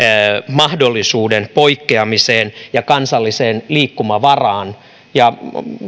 mahdollisuuden poikkeamiseen ja kansalliseen liikkumavaraan